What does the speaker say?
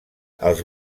els